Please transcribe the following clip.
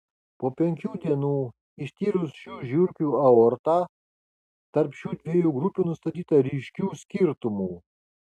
po penkių dienų ištyrus šių žiurkių aortą tarp šių dviejų grupių nustatyta ryškių skirtumų